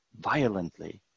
violently